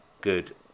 good